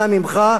אנא ממך,